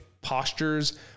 postures